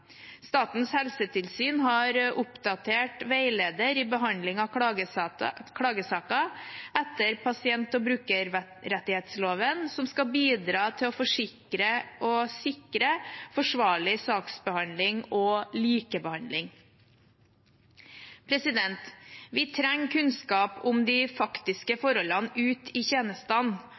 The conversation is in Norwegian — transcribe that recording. Statens helsetilsyn har oppdatert Veileder i behandling av klagesaker etter pasient- og brukerrettighetsloven, som skal bidra til å sikre en forsvarlig saksbehandling og likebehandling. Vi trenger kunnskap om de faktiske forholdene ute i tjenestene,